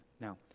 Now